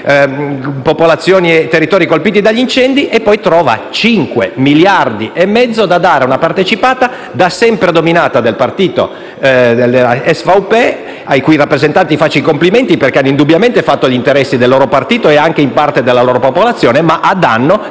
popolazioni e territori colpiti dagli incendi e poi trova 5,5 miliardi da dare a una partecipata da sempre dominata dal partito dell'SVP, ai cui rappresentanti faccio i complimenti perché hanno indubbiamente fatto gli interessi del loro partito e anche in parte della loro popolazione ma a danno